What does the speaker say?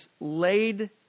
laid